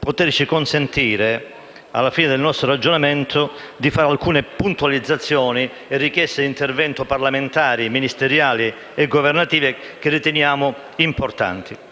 poterci consentire, alla fine del nostro ragionamento, di fare alcune puntualizzazioni e richieste d'intervento parlamentari, ministeriali e governative che riteniamo importanti.